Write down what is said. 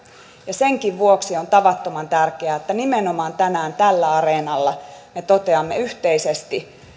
ja senkin vuoksi on tavattoman tärkeää että nimenomaan tänään tällä areenalla me toteamme yhteisesti